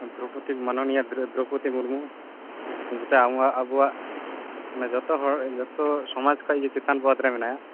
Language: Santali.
ᱢᱟᱱᱚᱱᱤᱭᱟ ᱫᱨᱳᱣᱯᱚᱫᱤ ᱢᱩᱨᱢᱩ ᱡᱮᱴᱟ ᱟᱵᱚᱣᱟᱜ ᱡᱚᱛᱚ ᱦᱚᱲ ᱡᱚᱛᱚ ᱥᱚᱢᱟᱡᱽ ᱠᱷᱚᱡ ᱜᱮ ᱪᱮᱛᱟᱱ ᱯᱚᱫ ᱨᱮ ᱢᱮᱱᱟᱭᱟ